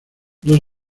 dos